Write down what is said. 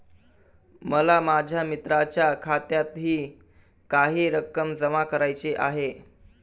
मला माझ्या मित्राच्या खात्यातही काही रक्कम जमा करायची आहे